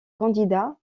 candidat